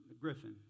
Griffin